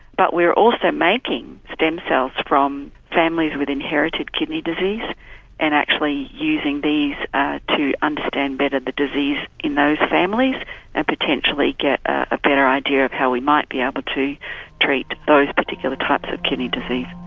but we are also making stem cells from families with inherited kidney disease and actually using these to understand better the disease in those families and potentially get a better idea of how we might be able to treat those particular types of kidney disease.